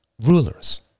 rulers